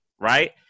Right